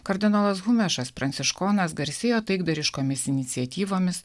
kardinolas humešas pranciškonas garsėjo taikdariškomis iniciatyvomis